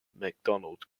macdonald